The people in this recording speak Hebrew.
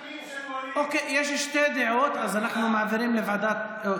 יש שתי דעות, אז אנחנו מעבירים לוועדת הכנסת.